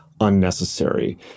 unnecessary